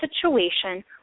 situation